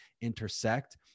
intersect